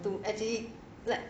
to actually like